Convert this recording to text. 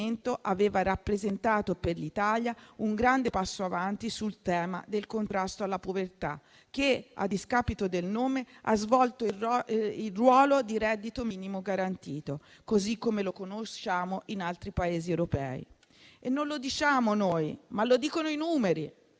aveva rappresentato per l'Italia un grande passo avanti sul tema del contrasto alla povertà che, a discapito del nome, ha svolto il ruolo di reddito minimo garantito, così come lo conosciamo in altri Paesi europei. Questo lo diciamo non noi, ma i numeri: